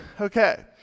Okay